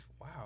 wow